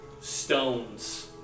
stones